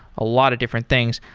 a lot of different things.